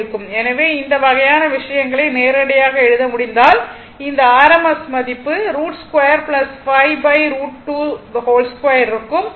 எனவே இந்த வகையான விஷயங்களை நேரடியாக எழுத முடிந்தால் இந்த RMS மதிப்பு √62 5√22 இருக்கும்